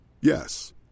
Yes